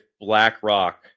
BlackRock